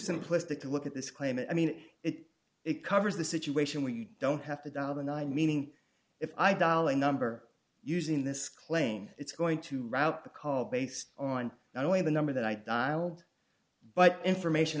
simplistic to look at this claim and i mean it it covers the situation where you don't have to dial the nine meaning if i dollar number using this claim it's going to route the call based on knowing the number that i dialed but information